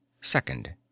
second